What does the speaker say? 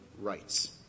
rights